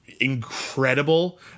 incredible